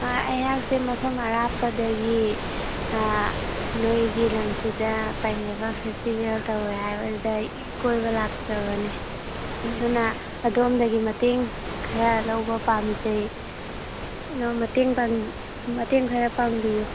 ꯑꯩꯍꯥꯛꯁꯦ ꯃꯐꯝ ꯑꯔꯥꯞꯄꯗꯒꯤ ꯅꯣꯏꯒꯤ ꯂꯝꯁꯤꯗ ꯄꯥꯏꯅꯦꯄꯂ ꯐꯦꯁꯇꯤꯕꯦꯜ ꯇꯧꯔꯦ ꯍꯥꯏꯕꯗꯨꯗ ꯀꯣꯏꯕ ꯂꯥꯛꯆꯕꯅꯦ ꯑꯗꯨꯅ ꯑꯗꯣꯃꯗꯒꯤ ꯃꯇꯦꯡ ꯈꯔ ꯂꯧꯕ ꯄꯥꯝꯖꯩ ꯑꯗꯣ ꯃꯇꯦꯡ ꯃꯇꯦꯡ ꯈꯔ ꯄꯥꯡꯕꯤꯌꯨ